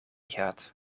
gaat